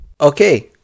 Okay